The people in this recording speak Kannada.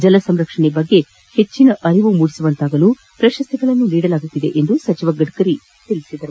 ಜಲ ಸಂರಕ್ಷಣೆ ಕುರಿತು ಹೆಚ್ಚಿನ ಅರಿವು ಮೂಡಿಸುವಂತಾಗಲು ಪ್ರಶಸ್ತಿಯನ್ನ ನೀಡಲಾಗುತ್ತಿದೆ ಎಂದು ಸಚಿವ ಗಡ್ತರಿ ತಿಳಿಸಿದರು